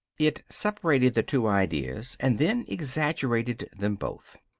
it separated the two ideas and then exaggerated them both.